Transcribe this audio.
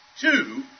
Two